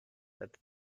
that